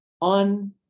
on